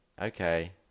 Okay